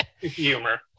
humor